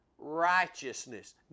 righteousness